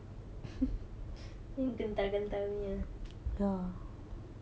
gentar-gentar punya